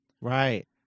right